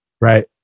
Right